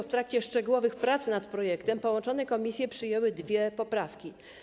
W trakcie szczegółowych prac nad projektem połączone komisje przyjęły dwie poprawki.